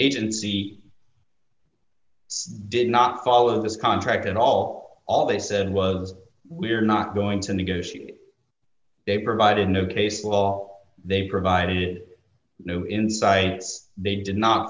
agency did not follow this contract at all all they said was we are not going to negotiate they provided no baseball they provided no insights they did not